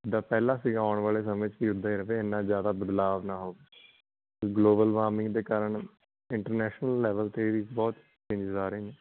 ਜਿੱਦਾਂ ਪਹਿਲਾ ਸੀਗਾ ਆਉਣ ਵਾਲੇ ਸਮੇਂ 'ਚ ਵੀ ਉੱਦਾਂ ਹੀ ਰਹੇ ਇੰਨਾ ਜ਼ਿਆਦਾ ਬਦਲਾਅ ਨਾ ਹੋਵੇ ਗਲੋਬਲ ਵਾਰਮਿੰਗ ਦੇ ਕਾਰਨ ਇੰਟਰਨੈਸ਼ਨਲ ਲੈਵਲ 'ਤੇ ਵੀ ਬਹੁਤ ਚੇਂਜਜ ਆ ਰਹੇ ਨੇ